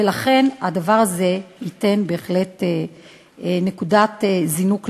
ולכן, הדבר הזה ייתן בהחלט נקודת זינוק לחיים.